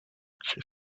she